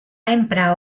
emprar